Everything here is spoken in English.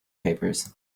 papers